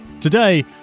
today